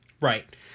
Right